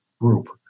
group